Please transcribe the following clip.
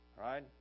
Right